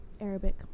Arabic